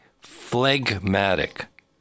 Phlegmatic